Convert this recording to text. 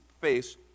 face